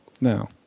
No